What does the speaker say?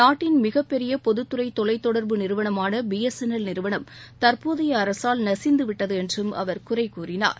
நாட்டின் மிகப்பெரிய பொதுத்துறை தொலைத் தொடர்பு நிறுவனமான பிஎஸ்என்எல் நிறுவனம் தற்போதைய அரசால் நசிந்துவிட்டது என்றும் அவர் குறை கூறினார்